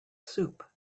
soup